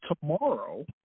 Tomorrow